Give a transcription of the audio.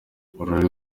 uruhare